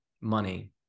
money